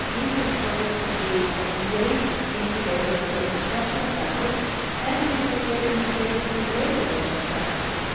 we think charters could be a great incubator for instructional practice and could be a great incubator for labor relations practice.